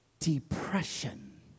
Depression